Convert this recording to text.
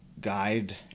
guide